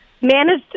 managed